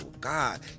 God